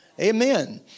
Amen